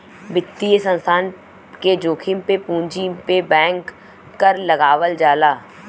वित्तीय संस्थान के जोखिम पे पूंजी पे बैंक कर लगावल जाला